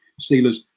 Steelers